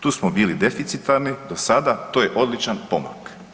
Tu smo bili deficitarni do sada, to je odličan pomak.